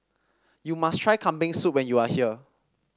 you must try Kambing Soup when you are here